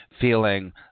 feeling